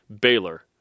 Baylor